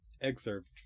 excerpt